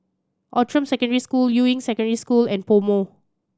Outram Secondary School Juying Secondary School and PoMo